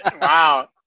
Wow